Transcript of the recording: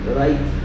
right